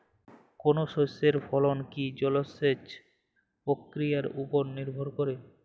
কোনো শস্যের ফলন কি জলসেচ প্রক্রিয়ার ওপর নির্ভর করে?